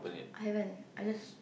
I haven't I just